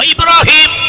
Ibrahim